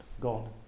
God